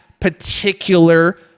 particular